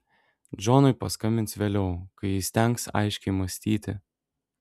džonui paskambins vėliau kai įstengs aiškiai mąstyti